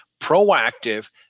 proactive